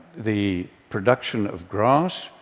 the production of grass,